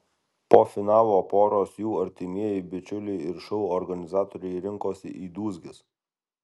po finalo poros jų artimieji bičiuliai ir šou organizatoriai rinkosi į dūzges